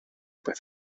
beth